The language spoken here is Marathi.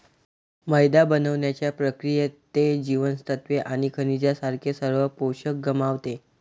मैदा बनवण्याच्या प्रक्रियेत, ते जीवनसत्त्वे आणि खनिजांसारखे सर्व पोषक गमावते